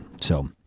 so-